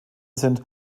sind